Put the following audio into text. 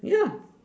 ya